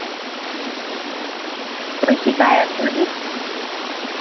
کوٮٔی شکایت کبھی